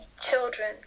children